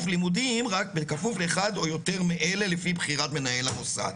לימודים בכפוף לאחד או יותר מאלה לפי בחירת מנהל המוסד..."